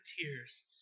tears